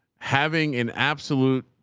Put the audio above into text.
having an absolute,